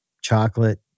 chocolate